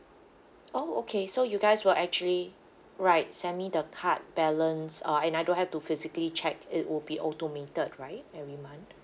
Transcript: oh okay so you guys will actually right send me the card balance uh and I don't have to physically check it will be automated right every month